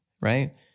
Right